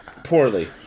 Poorly